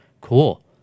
Cool